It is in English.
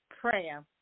prayer